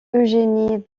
eugénie